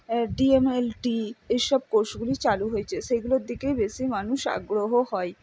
DMLT এইসব কোর্সগুলি চালু হয়েছে সেইগুলোর দিকেই বেশি মানুষ আগ্রহ হয়